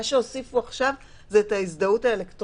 מה שהוסיפו עכשיו זה את ההזדהות האלקטרונית